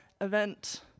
event